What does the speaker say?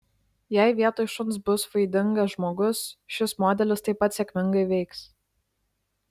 jei vietoj šuns bus vaidingas žmogus šis modelis taip pat sėkmingai veiks